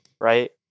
right